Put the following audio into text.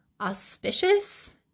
auspicious